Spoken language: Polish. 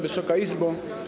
Wysoka Izbo!